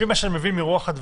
לפי מה שאני מבין מרוח הדברים,